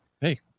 hey